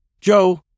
Joe